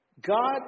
God